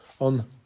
on